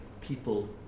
people